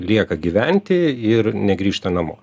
lieka gyventi ir negrįžta namo